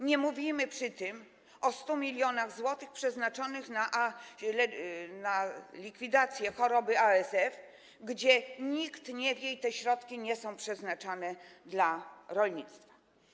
Nie mówimy przy tym o 100 mln zł przeznaczonych na likwidację choroby ASF, gdzie nikt nie wie - te środki nie są przeznaczane dla rolnictwa.